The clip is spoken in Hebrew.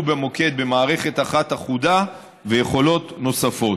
במוקד במערכת אחת אחודה ויכולות נוספות.